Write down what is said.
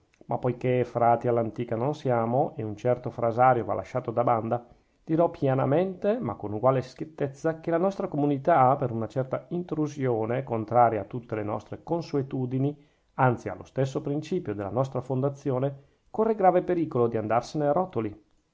ma poichè frati all'antica non siamo e un certo frasario va lasciato da banda dirò pianamente ma con uguale schiettezza che la nostra comunità per una certa intrusione contraria a tutte le nostre consuetudini anzi allo stesso principio della nostra fondazione corre grave pericolo di andarsene a rotoli